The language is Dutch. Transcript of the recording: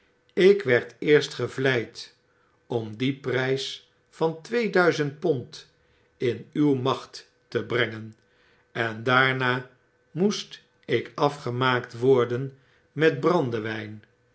ik werd eerst gevleid om dien prijs van tweeduizend pond in uw macht te brengen en daarna moest ik afgemaakt worden met brandewyn